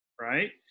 right